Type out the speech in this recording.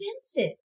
expensive